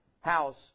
house